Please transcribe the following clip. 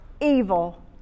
evil